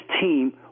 team